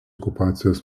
okupacijos